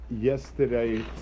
Yesterday